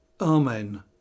Amen